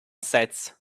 sets